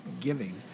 giving